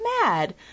mad